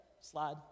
slide